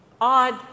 odd